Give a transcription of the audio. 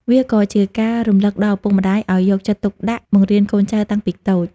វាក៏ជាការរំលឹកដល់ឪពុកម្ដាយ ឱ្យយកចិត្តទុកដាក់បង្រៀនកូនចៅតាំងពីតូច។